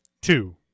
Two